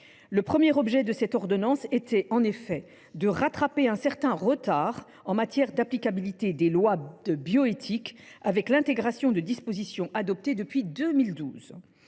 Le premier objet de cette ordonnance était en effet de rattraper un certain retard en matière d’applicabilité des lois de bioéthique et d’intégrer des dispositions adoptées depuis 2012.